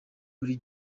buri